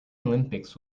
olympics